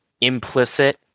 implicit